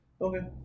Okay